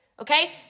okay